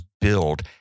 build